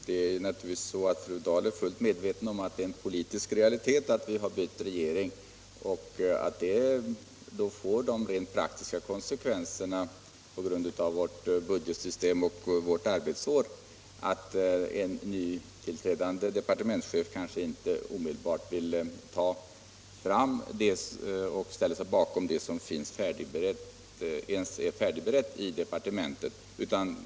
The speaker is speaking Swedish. Herr talman! Fru Dahl är naturligtvis fullt medveten om att det är en politisk realitet att vi bytt regering och att det får rent praktiska konsekvenser, på grund av vårt budgetsystem och riksdagens arbetsår. En nytillträdande departementschef kanske inte omedelbart vill ta fram och ställa sig bakom det som eventuellt finns färdigberett i departementet.